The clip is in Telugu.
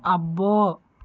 అబ్బో